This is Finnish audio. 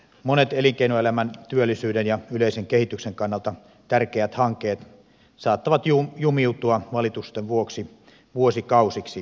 monet elinkeinoelämän työllisyyden ja yleisen kehityksen kannalta tärkeät hankkeet saattavat jumiutua valitusten vuoksi vuosikausiksi prosesseihin